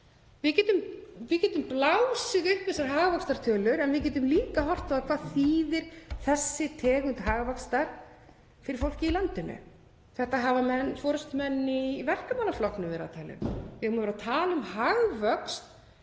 Við getum blásið upp þessar hagvaxtartölur en við getum líka horft á þær og spurt: Hvað þýðir þessi tegund hagvaxtar fyrir fólkið í landinu? Þetta hafa forystumenn í Verkamannaflokknum verið að tala um. Við eigum að vera að tala um hagvöxt